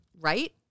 Right